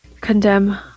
condemn